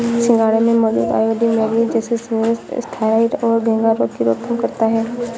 सिंघाड़े में मौजूद आयोडीन, मैग्नीज जैसे मिनरल्स थायरॉइड और घेंघा रोग की रोकथाम करता है